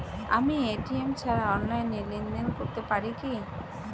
আমি এ.টি.এম ছাড়া অনলাইনে লেনদেন করতে পারি কি?